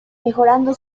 mejorando